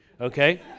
Okay